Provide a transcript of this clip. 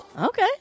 Okay